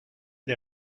des